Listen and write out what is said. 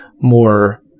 more